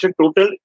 total